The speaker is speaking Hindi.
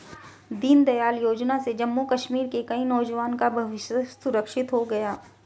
दीनदयाल योजना से जम्मू कश्मीर के कई नौजवान का भविष्य सुरक्षित हो गया